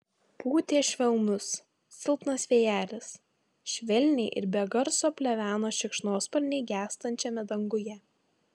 pūtė švelnus silpnas vėjelis švelniai ir be garso pleveno šikšnosparniai gęstančiame danguje